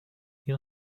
این